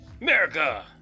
America